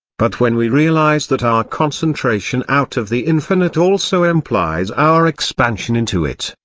but when we realise that our concentration out of the infinite also implies our expansion into it,